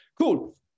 Cool